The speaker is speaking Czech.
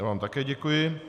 Já vám také děkuji.